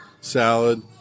salad